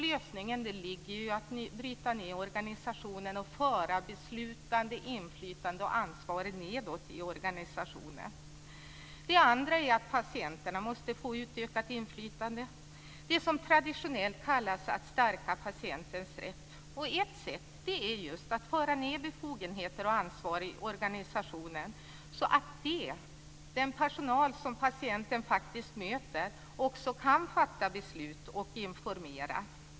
Lösningen ligger i att bryta ned organisationen och föra beslutande, inflytande och ansvar nedåt i organisationen. För det andra måste patienterna få utökat inflytande. Traditionellt kallas detta att stärka patientens rätt. Ett sätt är att föra ned befogenheter och ansvar i organisationen, så att den personal som patienten faktiskt möter också kan fatta beslut och informera.